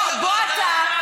תבואי לוועדה,